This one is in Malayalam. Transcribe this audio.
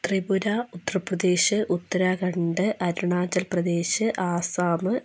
ത്രിപുര ഉത്തർപ്രദേശ് ഉത്തരാഖണ്ഡ് അരുണാചൽപ്രദേശ് ആസ്സാം